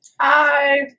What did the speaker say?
Hi